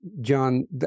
John